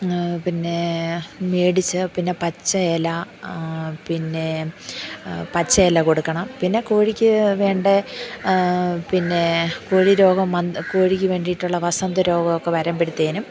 പിന്നെ മേടിച്ചു പിന്നെ പച്ച ഇല പിന്നെ പച്ച ഇല കൊടുക്കണം പിന്നെ കോഴിക്ക് വേണ്ട പിന്നെ കോഴി രോഗം കോഴിക്ക് വേണ്ടിയിട്ടുള്ള വസന്ത രോഗമൊക്കെ വരുമ്പൊഴുത്തേക്കും